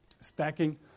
stacking